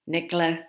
Nicola